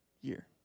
year